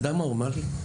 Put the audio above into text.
הוא אמר לי: